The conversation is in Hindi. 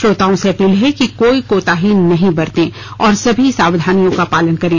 श्रोताओं से अपील हैं कि कोई कोताही नहीं बरतें और सभी सावधानियों का पालन करें